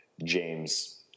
James